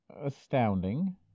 astounding